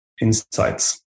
insights